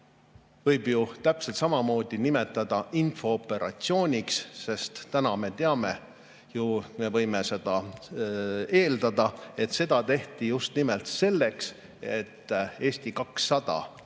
võib ju täpselt samamoodi nimetada infooperatsiooniks, sest täna me teame, me võime eeldada, et seda tehti just nimelt selleks, et Eesti 200 saaks